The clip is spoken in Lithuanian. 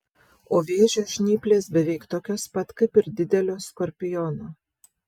o vėžio žnyplės beveik tokios pat kaip ir didelio skorpiono